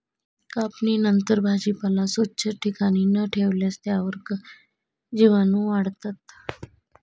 कापणीनंतर भाजीपाला स्वच्छ ठिकाणी न ठेवल्यास त्यावर जीवाणूवाढतात